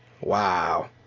Wow